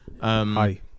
Hi